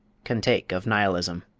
can take of nihilism.